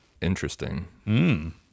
Interesting